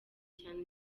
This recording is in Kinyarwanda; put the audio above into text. cyane